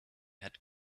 had